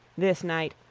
this night,